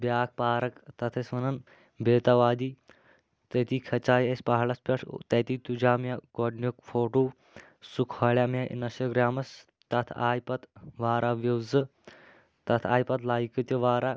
بیٛاکھ پارک تتھ ٲسۍ ونان بیتاب وادی تٔتی کھَژے أسۍ پہاڑس پٮ۪ٹھ تتی تُجیو مےٚ گۄڈنیُک فوٹوٗ سُہ کھالیو مےٚ اِنسٹاگرٛامس تَتھ آے پتہٕ واریاہ وِوزٕ تَتھ آے پتہٕ لایکہٕ تہِ واریاہ